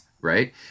right